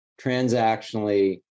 transactionally